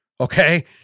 Okay